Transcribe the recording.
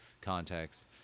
context